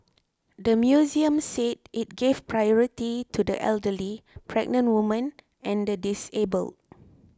the museum said it gave priority to the elderly pregnant women and the disabled